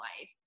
life